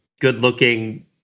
good-looking